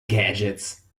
gadgets